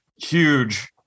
huge